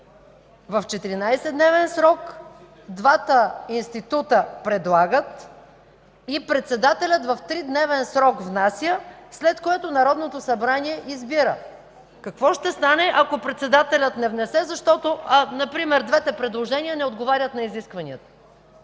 в 14-дневен срок двата института предлагат и председателят в 3-дневен срок внася, след което Народното събрание избира. Какво ще стане, ако председателят не внесе, ако примерно двете предложения не отговарят на изискванията?